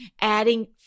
adding